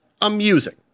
amusing